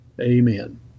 Amen